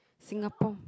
Singapore